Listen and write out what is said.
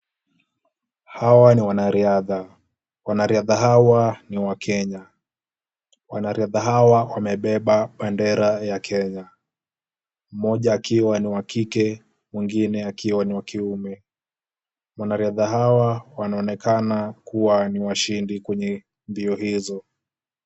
Hawa ni wanariadha. Wanariadha hawa ni wa Kenya. Wanariadha hawa wamebeba bendera ya Kenya, mmoja akiwa ni wa kike mwingine akiwa ni wa kiume. Wanariadha hawa wanaonekana kuwa ni washindi kwenye mbio hizo.